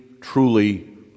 truly